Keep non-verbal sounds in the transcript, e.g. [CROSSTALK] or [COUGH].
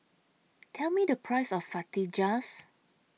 Tell Me The Price of [UNINTELLIGIBLE]